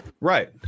Right